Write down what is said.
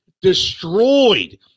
destroyed